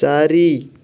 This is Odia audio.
ଚାରି